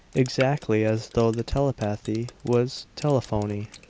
exactly as though the telepathy was telephony